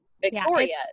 Victoria